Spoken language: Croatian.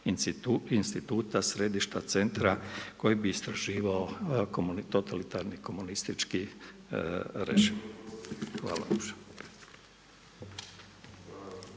instituta, središta, centra koji bi istraživao totalitarni komunistički režim. Hvala.